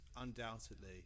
undoubtedly